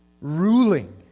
ruling